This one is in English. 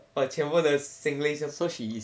全部的 singlish